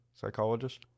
Psychologist